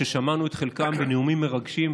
ששמענו את חלקם בנאומים מרגשים,